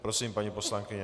Prosím, paní poslankyně.